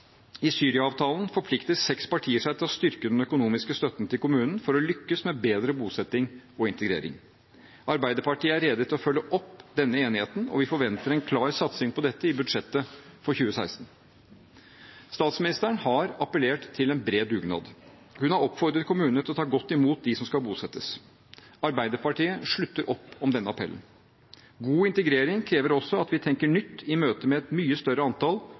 I Syria-avtalen forplikter seks partier seg til å styrke den økonomiske støtten til kommunene for å lykkes bedre med bosetting og integrering. Arbeiderpartiet er rede til å følge opp denne enigheten, og vi forventer en klar satsing på dette i budsjettet for 2016. Statsministeren har appellert til en bred dugnad. Hun har oppfordret kommunene til å ta godt imot dem som skal bosettes. Arbeiderpartiet slutter opp om denne appellen. God integrering krever også at vi tenker nytt i møte med et mye større antall